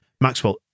Maxwell